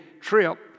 trip